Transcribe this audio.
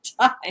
time